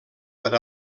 per